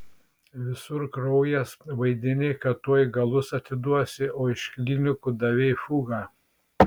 visur kraujas vaidini kad tuoj galus atiduosi o iš klinikų davei fugą